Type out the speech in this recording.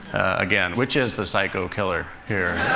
again, which is the psycho-killer here?